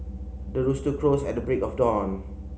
the rooster crows at the break of dawn